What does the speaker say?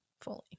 fully